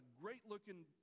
great-looking